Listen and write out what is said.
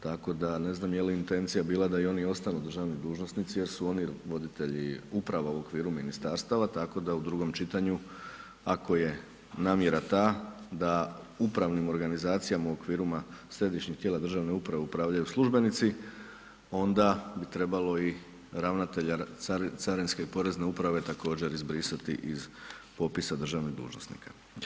Tako da ne znam, je li intencija bila da oni ostanu državni dužnosnici, jer su oni voditelji upravo u okviru ministarstava, tako da u drugom čitanju, ako je namjera ta, da upravna organizacija u okvirima središnjih tijela državne uprave upravljaju službenici, onda bi trebalo i ravnatelja carinske i porezne uprave također izbrisati iz popisa državnih dužnosnika.